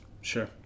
sure